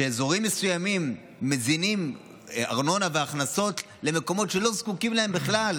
אזורים מסוימים מזינים ארנונה והכנסות למקומות שלא זקוקים להם בכלל,